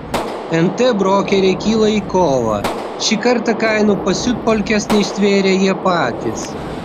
nt brokeriai kyla į kovą šį kartą kainų pasiutpolkės neištvėrė jie patys